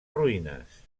ruïnes